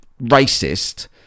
racist